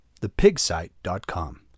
thepigsite.com